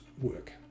work